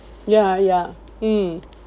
ya ya mm